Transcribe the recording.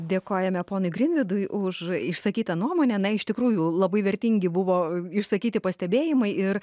dėkojame ponui grinvydui už išsakytą nuomonę na iš tikrųjų labai vertingi buvo išsakyti pastebėjimai ir